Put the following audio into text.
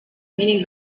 mínim